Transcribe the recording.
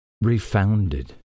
refounded